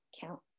count